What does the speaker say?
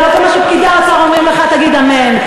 ולא כל מה שפקידי האוצר אומרים לך תגיד אמן.